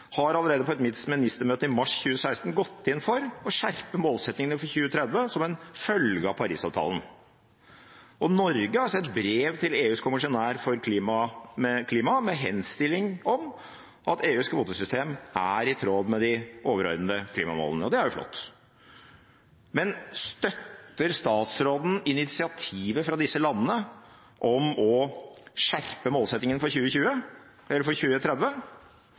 har allerede på et ministermøte i mars 2016 gått inn for å skjerpe målsettingene for 2030 som en følge av Paris-avtalen. Norge har sendt brev til EUs kommissær for klima med henstilling om at EUs kvotesystem er i tråd med de overordnede klimamålene, og det er jo flott. Men støtter statsråden initiativet fra disse landene om å skjerpe målsettingene for